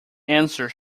answer